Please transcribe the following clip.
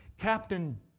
captain